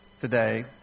today